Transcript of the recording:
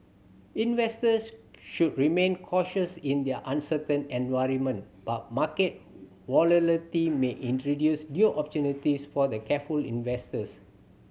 investors should remain cautious in their uncertain environment but market may introduce new opportunities for the careful investors